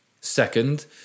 Second